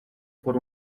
por